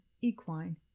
equine